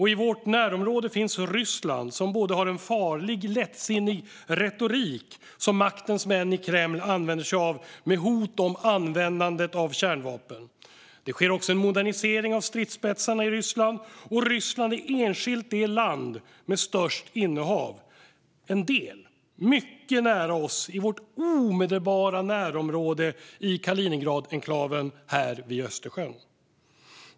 I vårt närområde finns Ryssland som har en farlig lättsinnig retorik som maktens män i Kreml använder sig av med hot om användandet av kärnvapen. Det sker också en modernisering av stridsspetsarna i Ryssland, och Ryssland är enskilt det land som har störst innehav. En del finns mycket nära oss i vårt omedelbara närområde i Kaliningradenklaven vid Östersjön.